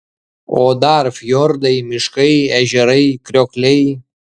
o dar fjordai miškai ežerai kriokliai